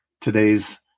today's